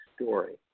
story